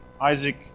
Isaac